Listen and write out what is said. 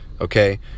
Okay